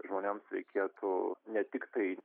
žmonėms reikėtų ne tik tai